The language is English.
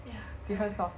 ya correct